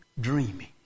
dreaming